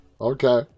Okay